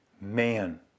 man